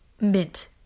mint